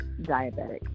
diabetic